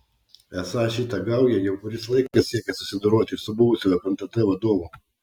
esą šita gauja jau kuris laikas siekia susidoroti ir su buvusiu fntt vadovu